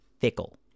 Fickle